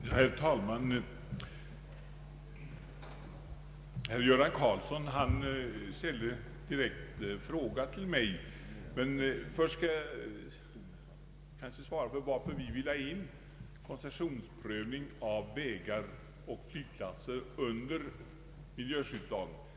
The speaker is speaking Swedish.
Herr talman! Herr Göran Karlsson ställde en direkt fråga till mig. Men först skall jag kanske förklara varför vi vill ha in en koncessionsprövning av vägar och flygplatser i miljöskyddslagen.